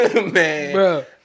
Man